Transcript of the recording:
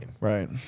right